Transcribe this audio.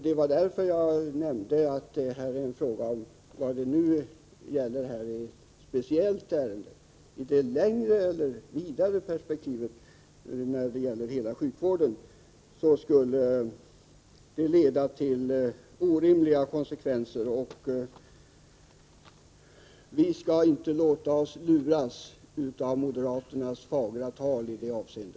Det var därför jag nämnde att det nu är fråga om ett speciellt ärende. I det vidare perspektivet, när det gäller hela sjukvården, skulle detta leda till orimliga konsekvenser, och vi skall inte låta oss luras av moderaternas fagra tal i detta avseende.